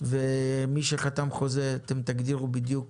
ומי שחתם חוזה אתם תגדירו בדיוק